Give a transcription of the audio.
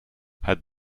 het